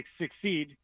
succeed